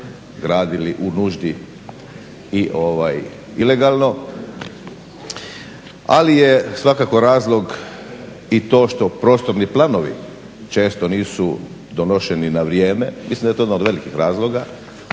gradili u nuždi i ilegalno ali je svakako razlog i to što prostorni planovi često nisu donošeni na vrijeme mislim da je to jedan od velikih razloga,